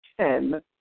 ten